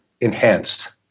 enhanced